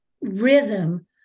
rhythm